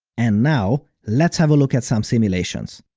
and now, let's have a look at some simulations!